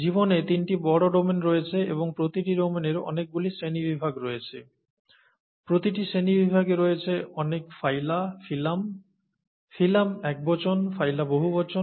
জীবনে তিনটি বড় ডোমেন রয়েছে এবং প্রতিটি ডোমেনের অনেকগুলি শ্রেণীবিভাগ রয়েছে প্রতিটি শ্রেণিবিভাগে রয়েছে অনেক ফাইলা ফিলাম ফিলাম একবচন ফাইলা বহুবচন